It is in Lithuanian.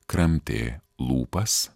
kramtė lūpas